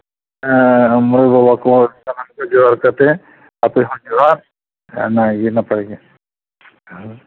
ᱢᱚᱬ ᱵᱟᱵᱟ ᱠᱚ ᱥᱟᱱᱟᱢ ᱠᱚ ᱡᱚᱦᱟᱨ ᱠᱟᱛᱮ ᱟᱯᱮ ᱦᱚᱸ ᱡᱚᱦᱟᱨ ᱱᱟᱭᱜᱮ ᱱᱟᱯᱟᱭ ᱜᱮ